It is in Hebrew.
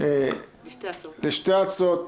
לשתי הצעות